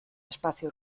espacio